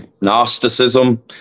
Gnosticism